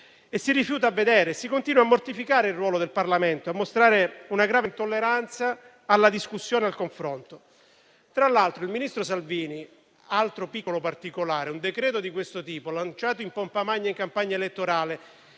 e si rifiuta di vedere. Si continua a mortificare il ruolo del Parlamento, a mostrare una grave intolleranza alla discussione e al confronto. Tra l'altro - ulteriore piccolo particolare - con un decreto di questo tipo, lanciato in pompa magna in campagna elettorale,